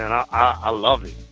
and i ah love it.